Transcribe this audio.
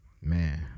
man